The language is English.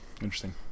Interesting